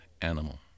animal